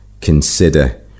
consider